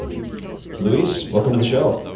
luis, welcome to the show.